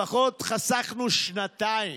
לפחות חסכנו שנתיים,